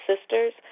Sisters